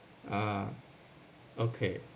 ah okay